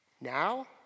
Now